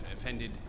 offended